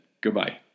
Goodbye